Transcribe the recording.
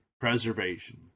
preservation